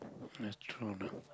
just throw the